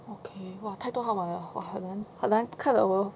okay !wah! 太多号码 liao 我很难很难看了我